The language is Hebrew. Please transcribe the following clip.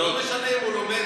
אז לא משנה אם הוא לומד